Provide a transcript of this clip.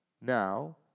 now